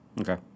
Okay